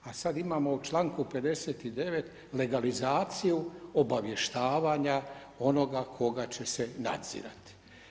A sada imamo u čl. 59. legalizaciju, obavještavanja onoga koga će se nadzirati.